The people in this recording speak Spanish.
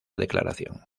declaración